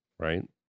right